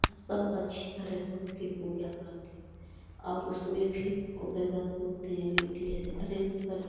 हम सब अच्छी तरह से उनकी पूजा करते हैं और उसमें फिर ओकरे बाद फूँकते हैं जो दिया अर्घ करें